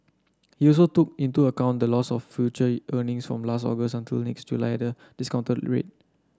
he also took into account the loss of future earnings from last August until next July the discounted rate